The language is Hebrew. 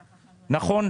נכון,